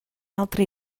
altre